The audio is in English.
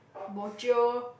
bo jio